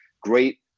Great